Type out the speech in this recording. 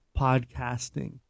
podcasting